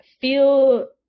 feel